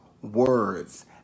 words